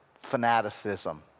fanaticism